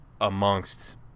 amongst